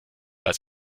als